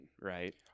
right